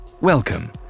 welcome